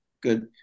good